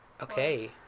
Okay